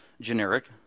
generic